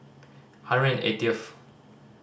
hundred and eightieth